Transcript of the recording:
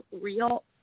real